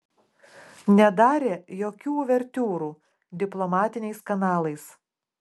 nedarė jokių uvertiūrų diplomatiniais kanalais